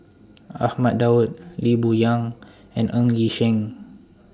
Ahmad Daud Lee Boon Yang and Ng Yi Sheng